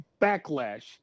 backlash